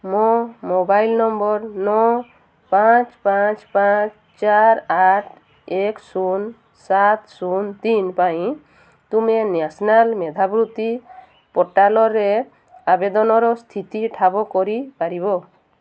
ମୋ mobile number ନଅ ପାଞ୍ଚ ପାଞ୍ଚ ପାଞ୍ଚ ଚାରି ଆଠ ଏକ ଶୂନ ସାତ ଶୂନ ତିନି ପାଇଁ ତୁମେ ନ୍ୟାସନାଲ୍ ମେଧାବୃତ୍ତି ପୋର୍ଟାଲରେ ଆବେଦନର ସ୍ଥିତି ଠାବ କରି ପାରିବ